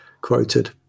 quoted